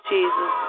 Jesus